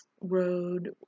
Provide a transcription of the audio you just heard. road